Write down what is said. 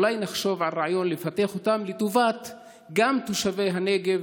אולי נחשוב על רעיון לפתח אותם לטובת תושבי הנגב,